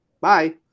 Bye